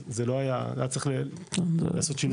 אז היה צריך לעשות שינוי.